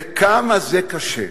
וכמה זה קשה,